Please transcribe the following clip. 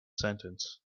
sentence